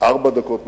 ארבע דקות נסיעה,